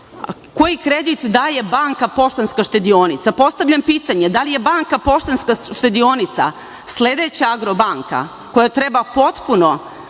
koji kredit daje Banka Poštanska štedionica. Postavljam pitanje – da li je Banka Poštanska štedionica sledeća Agrobanka, koja treba potpuno